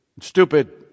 stupid